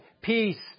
peace